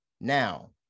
Now